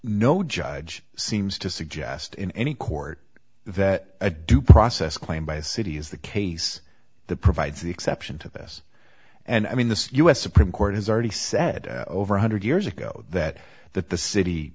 no judge seems to suggest in any court that a due process claim by city is the case the provides the exception to this and i mean the u s supreme court has already said over one hundred years ago that that the city